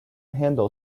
handle